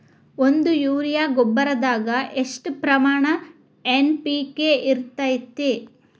ಒಂದು ಯೂರಿಯಾ ಗೊಬ್ಬರದಾಗ್ ಎಷ್ಟ ಪ್ರಮಾಣ ಎನ್.ಪಿ.ಕೆ ಇರತೇತಿ?